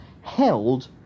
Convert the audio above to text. held